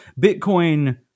bitcoin